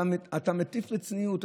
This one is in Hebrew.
אתה מטיף לצניעות,